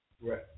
Right